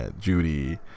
Judy